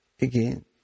again